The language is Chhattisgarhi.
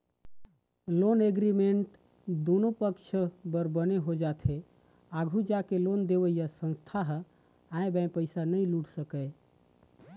लोन एग्रीमेंट दुनो पक्छ बर बने हो जाथे आघू जाके लोन देवइया संस्था ह आंय बांय पइसा नइ लूट सकय